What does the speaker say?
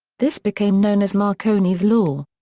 this became known as marconi's law.